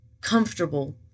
comfortable